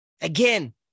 Again